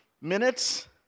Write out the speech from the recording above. minutes